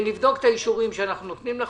אז נבדוק את האישורים שאנחנו נותנים לכם.